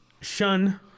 Shun